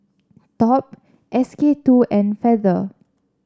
Top S K two and Feather